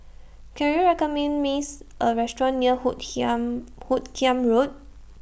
Can YOU recommend Miss A Restaurant near Hoot Kiam Hoot Kiam Road